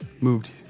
moved